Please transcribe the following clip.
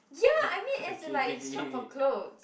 ya I mean as in like shop for clothes